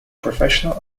professional